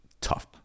Tough